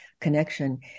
connection